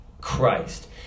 Christ